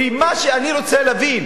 כי מה שאני רוצה להבין,